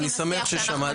אני שמח ששמעת.